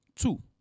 Two